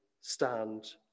stand